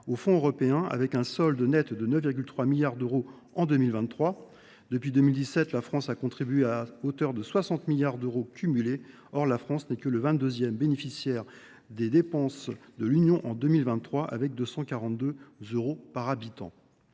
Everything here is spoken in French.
aux fonds européens, son solde net s’élevant à 9,3 milliards d’euros en 2023. Depuis 2017, la France a contribué à hauteur de 60 milliards d’euros en cumulé. Or elle n’est que le vingt deuxième bénéficiaire des dépenses de l’Union en 2023, avec 242 euros par habitant.